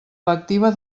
lectiva